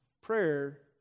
Prayer